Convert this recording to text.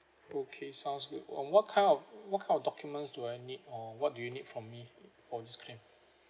okay sounds good on what kind of what kind of documents do I need or what do you need from me for this claim